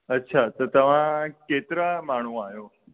अच्छा त तव्हां केतिरा माण्हू आहियो